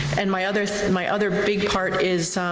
and my other my other big part is.